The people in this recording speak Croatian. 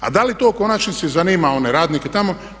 A da li to u konačnici zanima one radnike tamo?